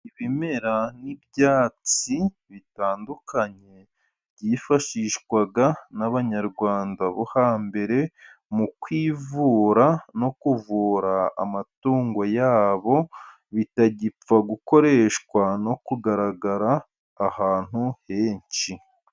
Ibimera n'ibyatsi bitandukanye, byifashishwaga n'abanyarwanda bo hambere, mu kwivura no kuvura amatungo yabo, bitagipfa gukoreshwa no kugaragara ahantu henshi.